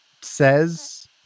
says